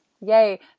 Yay